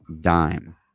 dime